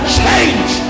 change